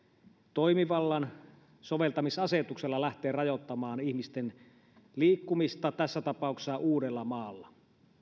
toimivallan soveltamisasetuksella lähteä rajoittamaan ihmisten liikkumista tässä tapauksessa uudellamaalla